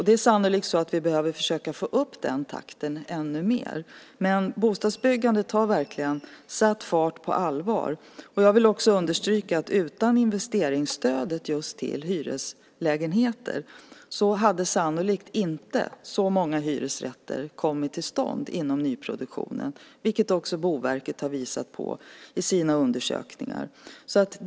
Det är sannolikt så att vi behöver försöka få upp den takten ännu mer. Men bostadsbyggandet har verkligen satt fart på allvar. Jag vill också understryka att utan investeringsstödet till hyreslägenheter hade sannolikt inte så många hyresrätter kommit till stånd inom nyproduktionen, vilket också Boverket har visat i sina undersökningar.